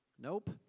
Nope